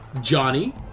Johnny